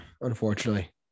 unfortunately